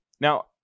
Now